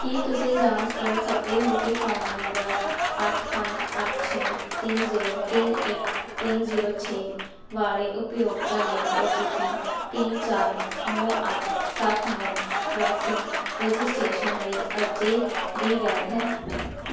ਕੀ ਤੁਸੀਂ ਜਾਂਚ ਕਰ ਸਕਦੇ ਹੋ ਕਿ ਫ਼ੋਨ ਨੰਬਰ ਅੱਠ ਪੰਜ ਅੱਠ ਛੇ ਤਿੰਨ ਜ਼ੀਰੋ ਤਿੰਨ ਇੱਕ ਤਿੰਨ ਜ਼ੀਰੋ ਛੇ ਵਾਲੇ ਉਪਯੋਗਤਾ ਲਈ ਓ ਟੀ ਪੀ ਤਿੰਨ ਚਾਰ ਨੌਂ ਅੱਠ ਸੱਤ ਨੌਂ ਵੈਕਸੀਨ ਰਜਿਸਟ੍ਰੇਸ਼ਨ ਲਈ ਅਜੇ ਵੀ ਵੈਧ ਹੈ